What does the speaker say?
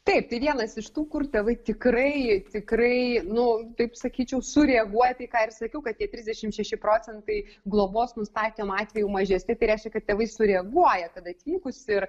taip tai vienas iš tų kur tėvai tikrai tikrai nu taip sakyčiau sureaguoti į ką ir sakiau kad tie trisdešimt šeši procentai globos nustatėm atvejų mažesni tai reiškia kad tėvai sureaguoja kad atvykus ir